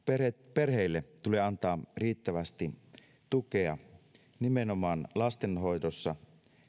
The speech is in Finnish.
perheille tulee antaa riittävästi tukea nimenomaan lastenhoidossa